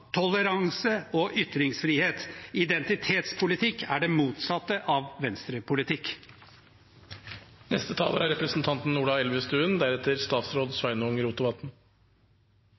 toleranse og ytringsfrihet. Identitetspolitikk er det motsatte av Venstre-politikk. Nye mål for kulturmiljøpolitikken – det er